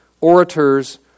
orators